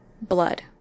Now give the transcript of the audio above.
blood